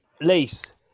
lease